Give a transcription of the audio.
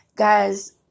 Guys